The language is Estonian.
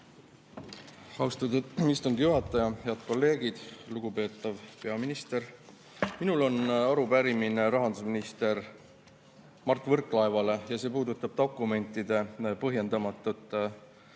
Austatud istungi juhataja! Head kolleegid! Lugupeetav peaminister! Minul on arupärimine rahandusminister Mart Võrklaevale ja see puudutab dokumentide põhjendamatut salastamist.